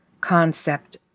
concept